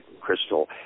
crystal